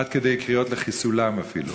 עד כדי קריאות לחיסולם אפילו.